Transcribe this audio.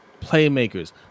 Playmakers